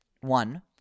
One